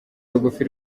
rugufi